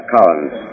Collins